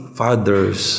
fathers